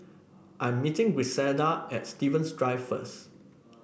I'm meeting Griselda at Stevens Drive first